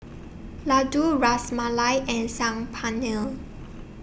Ladoo Ras Malai and Saag Paneer